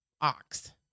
ox